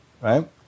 Right